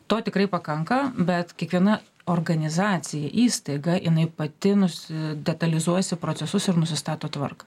to tikrai pakanka bet kiekviena organizacija įstaiga jinai pati nusi detalizuosiu procesus ir nusistato tvarką